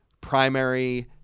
primary